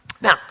Now